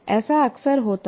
ऐसा अक्सर होता है